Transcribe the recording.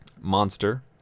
Monster